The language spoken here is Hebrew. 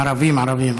ערבים, ערבים.